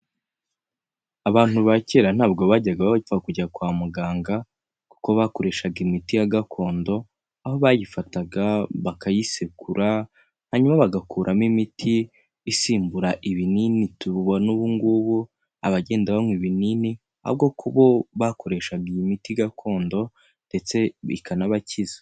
Abantu ba kera ntabwo bajyaga bapfa kujya kwa muganga, kuko bakoreshaga imiti ya gakondo, aho bayifataga bakayisekura hanyuma bagakuramo imiti isimbura ibinini tububona ubu ngubu, abagenda banywa ibinini ahubwo ko bo bakoreshaga iyi miti gakondo ndetse bikanabakiza.